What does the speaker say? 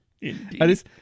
Indeed